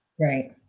right